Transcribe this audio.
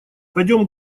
пойдем